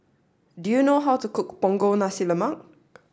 do you know how to cook Punggol Nasi Lemak